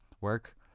work